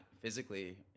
physically